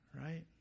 right